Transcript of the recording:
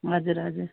हजुर हजुर